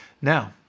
Now